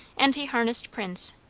and he harnessed prince,